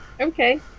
Okay